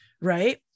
right